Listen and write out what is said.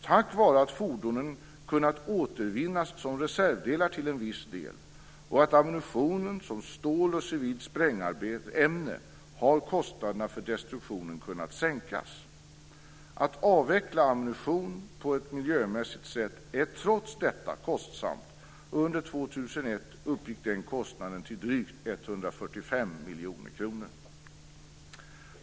Tack vare att fordonen till en viss del kunnat återvinnas som reservdelar och ammunitionen som stål och civilt sprängämne har kostnaderna för destruktionen kunnat sänkas. Att avveckla ammunition på ett miljömässigt sätt är trots detta kostsamt, och under 2001 uppgick den kostnaden till drygt 145 miljoner kronor.